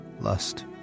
Lust